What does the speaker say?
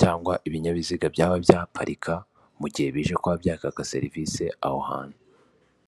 cyangwa ibinyabiziga byaba byaparika, mu gihe bije kuba byakaka serivise aho hantu.